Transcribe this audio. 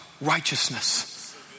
righteousness